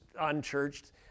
unchurched